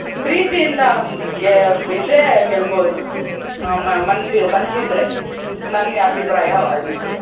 ಪ್ರೀತಿಯಿಂದ ಇದೆ ಗೆಲ್ಬೋದು ಮನಸ್ಸು ಮನಸ್ಸಿದ್ರೆ ನನ್ನ ಅಭಿಪ್ರಾಯವಾಗಿದೆ